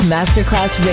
Masterclass